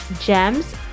gems